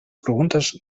preguntes